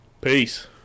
Peace